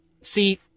See